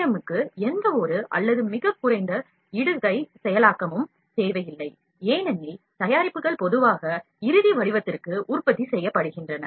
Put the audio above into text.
M க்கு எந்தவொரு அல்லது மிகக் குறைந்த இடுகை செயலாக்கமும் தேவையில்லை ஏனெனில் தயாரிப்புகள் பொதுவாக இறுதி வடிவத்திற்கு உற்பத்தி செய்யப்படுகின்றன